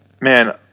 man